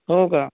हो का